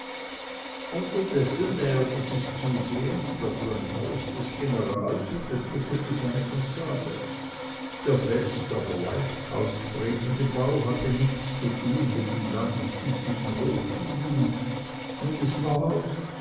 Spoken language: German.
unterdessen näherte sich zusehends das landhaus des generals und entwickelte seine fassade der fest aber leicht aufstrebende bau hatte nichts zu tun mit den landesüblichen hochgiebeln und es war